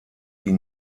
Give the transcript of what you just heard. die